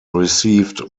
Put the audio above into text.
received